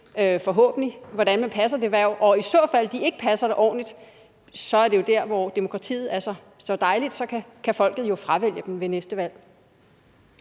forhåbentlig – hvordan man passer det hverv? Og ifald de ikke passer det ordentligt, er det jo der, hvor demokratiet er så dejligt, for så kan folket fravælge dem ved næste valg.